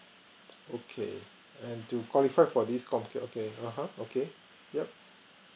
okay and to qualify for this comcare okay (uh huh) okay yup